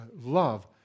love